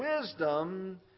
wisdom